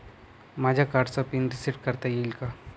माझ्या कार्डचा PIN reset करता येईल का?